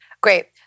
Great